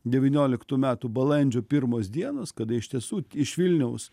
devynioliktų metų balandžio pirmos dienos kada iš tiesų iš vilniaus